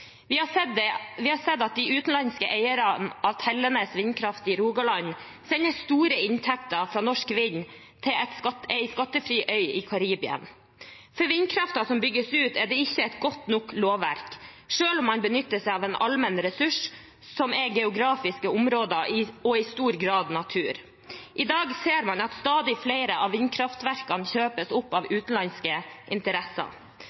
Vi har sett at de utenlandske eierne av Tellenes vindkraftverk i Rogaland sender store inntekter fra norsk vind til en skattefri øy i Karibien. Til vindkraften som bygges ut, er det ikke et godt nok lovverk selv om man benytter seg av en allmenn ressurs som er geografiske områder og i stor grad natur. I dag ser man at stadig flere av vindkraftverkene kjøpes opp av utenlandske interesser.